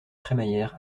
crémaillère